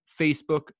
Facebook